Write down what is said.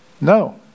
No